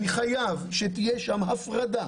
אני חייב שתהיה שם הפרדה